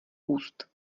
úst